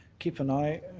keep an eye,